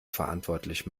verantwortlich